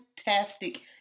fantastic